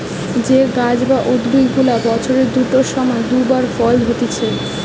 যে গাছ বা উদ্ভিদ গুলা বছরের দুটো সময় দু বার ফল হতিছে